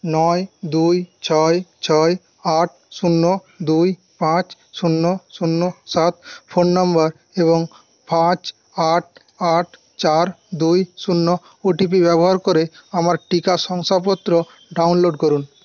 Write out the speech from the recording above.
নয় দুই ছয় ছয় আট শূন্য দুই পাঁচ শূন্য শূন্য সাত ফোন নম্বর এবং ফাঁচ আট আট চার দুই শূন্য ওটিপি ব্যবহার করে আমার টিকা শংসাপত্র ডাউনলোড করুন